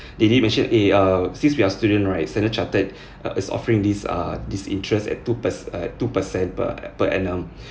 they did mention eh err since we are student right standard chartered uh is offering these err these interests at two per~ uh two percent per per annum